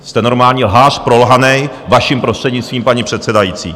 Jste normální lhář prolhanej, vaším prostřednictvím, paní předsedající.